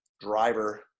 driver